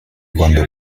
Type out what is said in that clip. quando